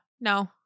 no